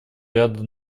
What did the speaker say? ряду